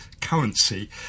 currency